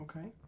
Okay